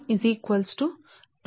1 4 ln Dr1 అవుతుంది